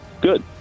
good